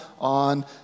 on